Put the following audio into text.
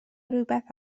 rhywbeth